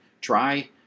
try